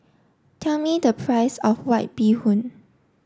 tell me the price of White Bee Hoon